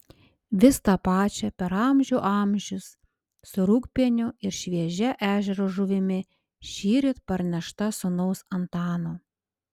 vis tą pačią per amžių amžius su rūgpieniu ir šviežia ežero žuvimi šįryt parnešta sūnaus antano